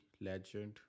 legend